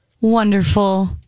wonderful